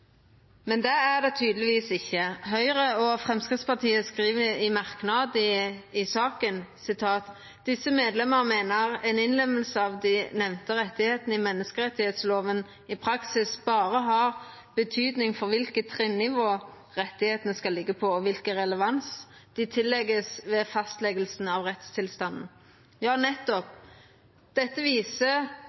Men det er det tydelegvis ikkje. Høgre og Framstegspartiet skriv i ein merknad til saka: «Disse medlemmer mener en innlemmelse av de nevnte rettighetene i menneskerettsloven i praksis bare har betydning for hvilket trinnivå rettighetene skal ligge på, og hvilken relevans de tillegges ved fastleggelsen av rettstilstanden.» Ja, nettopp: Dette viser